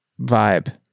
vibe